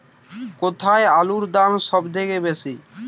কোথায় আলুর দাম সবথেকে বেশি?